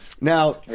Now